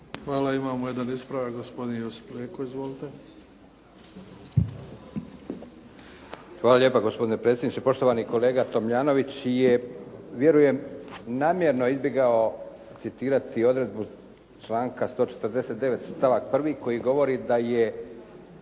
Hvala. Imamo jedan ispravak, gospodin Josip Leko. Izvolite. **Leko, Josip (SDP)** Hvala lijepa, gospodine predsjedniče. Poštovani kolega Tomljanović je vjerujem namjerno izbjegao citirati odredbu članka 149. stavak 1. koji govori da je